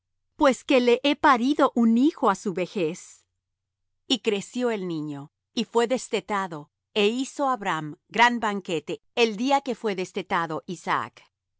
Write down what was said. pues que le he parido un hijo á su vejez y creció el niño y fué destetado é hizo abraham gran banquete el día que fué destetado isaac